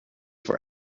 for